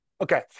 Okay